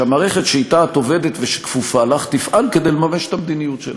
שהמערכת שאתה את עובדת ושהיא כפופה לך תפעל כדי לממש את המדיניות שלך.